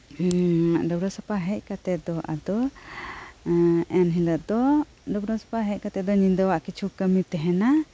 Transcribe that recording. ᱰᱟᱹᱵᱨᱟᱹ ᱥᱟᱯᱷᱟ ᱦᱮᱡ ᱠᱟᱛᱮᱜ ᱫᱚ ᱟᱫᱚ ᱮᱱᱦᱤᱞᱟᱹᱜ ᱫᱚ ᱰᱟᱹᱵᱨᱟᱹ ᱥᱟᱯᱷᱟ ᱦᱮᱡ ᱠᱟᱛᱮᱜ ᱫᱚ ᱧᱤᱫᱟᱹᱣᱟᱜ ᱠᱤᱪᱷᱩ ᱠᱟᱹᱢᱤ ᱛᱟᱦᱮᱱᱟ